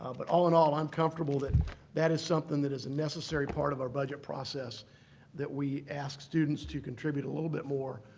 ah but all in all, i'm comfortable that that is something that is a necessary part of our budget process that we ask students to contribute a little bit more,